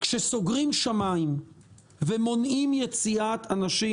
כשסוגרים שמיים ומונעים יציאת אנשים